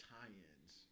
tie-ins